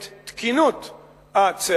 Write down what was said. את תקינות הצעדים,